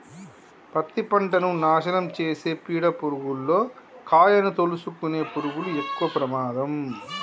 పత్తి పంటను నాశనం చేసే పీడ పురుగుల్లో కాయను తోలుసుకునే పురుగులు ఎక్కవ ప్రమాదం